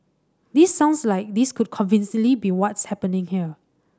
this sounds like this could convincingly be what's happening here